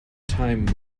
time